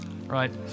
right